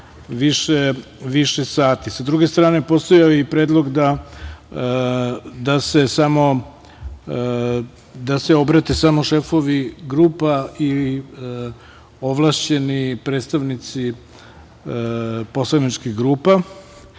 više sati.S druge strane, postojao je i predlog da se obrate samo šefovi grupa i ovlašćeni predstavnici poslaničkih grupa,